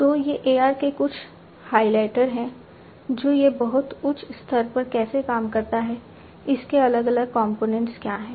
तो ये AR के कुछ हाइलाइट हैं और यह बहुत उच्च स्तर पर कैसे काम करता है इसके अलग अलग कंपोनेंट्स क्या हैं